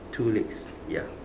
two legs ya